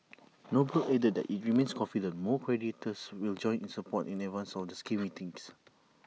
noble added that IT remains confident more creditors will join in support in advance of the scheme meetings